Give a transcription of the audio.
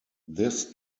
this